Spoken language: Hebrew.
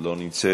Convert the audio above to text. לא נמצאת,